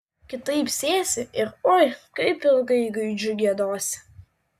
kitaip sėsi ir oi kaip ilgai gaidžiu giedosi